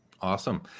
Awesome